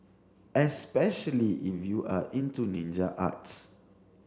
especially if you are into ninja arts